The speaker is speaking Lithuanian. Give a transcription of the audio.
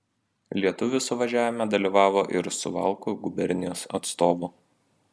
lietuvių suvažiavime dalyvavo ir suvalkų gubernijos atstovų